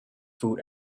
food